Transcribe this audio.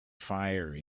fire